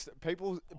people